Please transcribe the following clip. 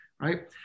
right